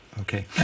Okay